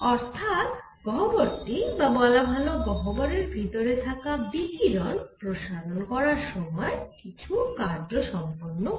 অর্থাৎ গহ্বরটি বা বলা ভাল গহ্বরের ভিতরে থাকা বিকিরণ প্রসারন করার সময় কিছু কার্য সম্পন্ন করে